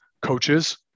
coaches